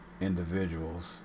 individuals